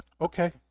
Okay